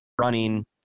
running